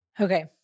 Okay